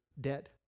debt